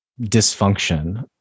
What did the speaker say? dysfunction